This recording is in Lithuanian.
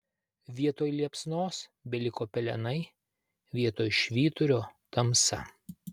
vietoj liepsnos beliko pelenai vietoj švyturio tamsa